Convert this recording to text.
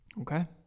Okay